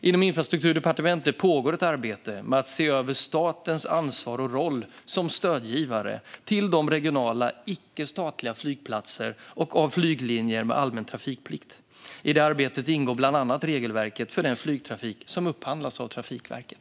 Inom Infrastrukturdepartementet pågår ett arbete med att se över statens ansvar och roll som stödgivare till de regionala icke-statliga flygplatserna och av flyglinjer med allmän trafikplikt. I arbetet ingår bland annat regelverket för den flygtrafik som upphandlas av Trafikverket.